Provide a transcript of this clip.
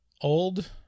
old